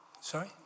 Sorry